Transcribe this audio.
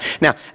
now